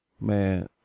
man